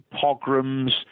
pogroms